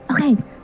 okay